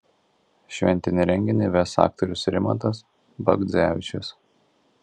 šventinį renginį ves aktorius rimantas bagdzevičius